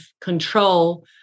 control